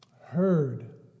heard